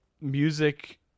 music